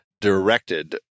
directed